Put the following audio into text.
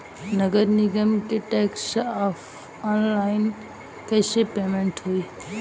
नगर निगम के टैक्स ऑनलाइन कईसे पेमेंट होई?